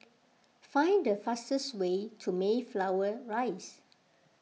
find the fastest way to Mayflower Rise